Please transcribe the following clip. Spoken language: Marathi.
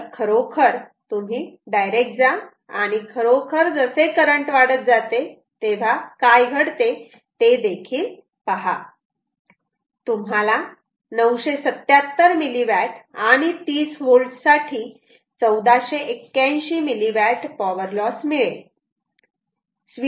तर खरोखर तुम्ही डायरेक्ट जा आणि खरोखर जसे करंट वाढत जाते तेव्हा खरोखर काय घडते ते देखील पहा तुम्हाला 977 मिलीवॅट आणि 30 V साठी 1481 मिलीवॅट पॉवर लॉस मिळेल